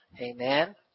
Amen